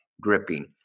gripping